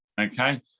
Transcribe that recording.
Okay